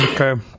Okay